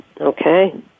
Okay